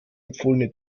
empfohlene